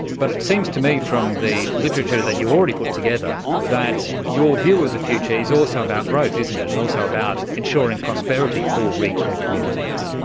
but it seems to me from the literature that you've already put together, that your view of the future is also about growth, isn't it, and also about ensuring prosperity for regional communities.